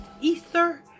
Ether